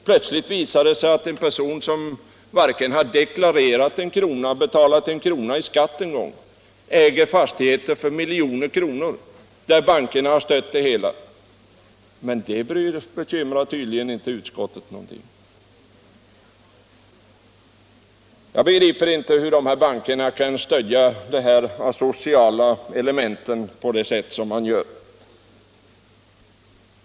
Plötsligt visar det sig att en person som varken har deklarerat eller betalat en enda krona i skatt äger fastigheter för miljoner och att bankerna har stött verksamheten. Detta bekymrar tydligen inte utskottet. Jag begriper inte hur bankerna kan stödja de här asociala elementen på det sätt som de gör.